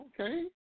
Okay